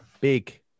big